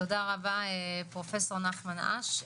תודה, פרופ' נחמן אש.